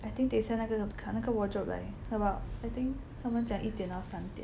I think 等一下那个人 come 那个 wardrobe 来 about I think 他们讲一点到三点